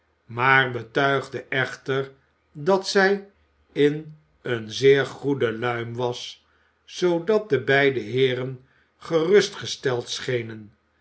maar betuigde echter dat zij in een zeer goede luim was zoodat de beide heeren gerustgesteld schenen